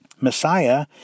Messiah